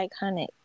iconic